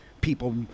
people